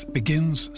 begins